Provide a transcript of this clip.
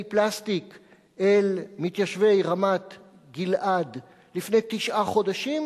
פלסטיק אל מתיישבי רמת-גלעד לפני תשעה חודשים,